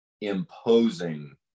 imposing